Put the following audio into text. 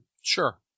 Sure